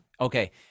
okay